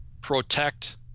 protect